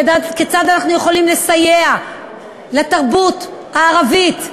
כיצד אנחנו יכולים לסייע לתרבות הערבית,